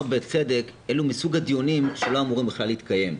בצדק: אלו מסוג הדיונים שלא אמורים בכלל להתקיים.